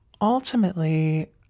ultimately